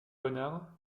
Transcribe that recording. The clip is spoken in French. renards